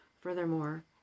Furthermore